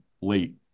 late